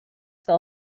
fell